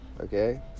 Okay